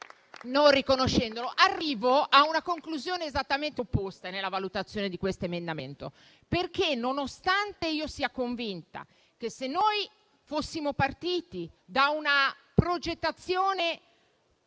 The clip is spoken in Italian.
non riconoscendolo. E tuttavia, arrivo a una conclusione esattamente opposta nella valutazione di questo emendamento. Nonostante io sia convinta che, se fossimo partiti da una progettazione